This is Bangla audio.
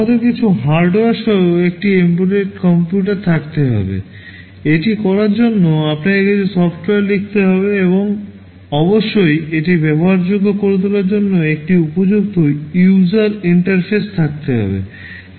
আমাদের কিছু হার্ডওয়্যার সহ একটি এম্বেডড কম্পিউটার থাকতে হবে এটি করার জন্য আপনাকে কিছু সফ্টওয়্যার লিখতে হবে এবং অবশ্যই এটি ব্যবহারযোগ্য করে তোলার জন্য একটি উপযুক্ত ইউজার ইন্টারফেস থাকতে হবে